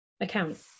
account